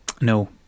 No